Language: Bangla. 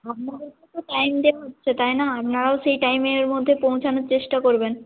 আপনাদেরকেও তো টাইম দেওয়া হচ্ছে তাই না আপনারাও সেই টাইমের মধ্যে পৌঁছানোর চেষ্টা করবেন